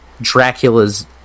Dracula's